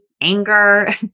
anger